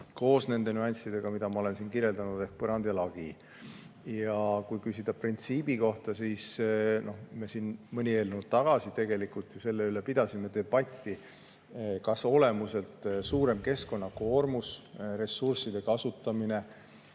koos nende nüanssidega, mida ma olen siin kirjeldanud, ehk põrand ja lagi. Kui küsida printsiibi kohta, siis me siin mõni eelnõu tagasi tegelikult ju selle üle pidasime debatti, kas olemuselt suurem keskkonnakoormus ja ressursside kasutamine